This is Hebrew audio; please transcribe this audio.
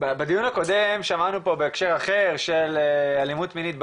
בדיון הקודם שמענו פה בהקשר אחר ש אלימות מינית ברשת,